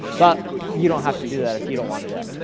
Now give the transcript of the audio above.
but you don't have to do that if you don't wanna do it.